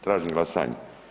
Tražim glasanje.